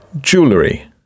Jewelry